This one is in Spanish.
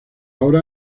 ahora